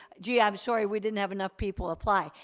gee i'm sorry, we didn't have enough people apply.